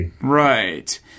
right